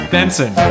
Benson